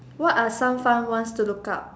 what are some fun ones to look up